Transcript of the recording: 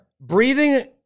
breathing